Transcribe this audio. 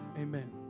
Amen